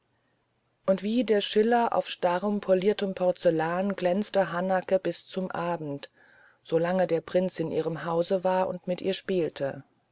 und wie der schiller auf starrem poliertem porzellan glänzte hanake bis zum abend so lange der prinz in ihrem hause war und mit ihr spielte